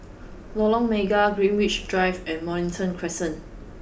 Lorong Mega Greenwich Drive and Mornington Crescent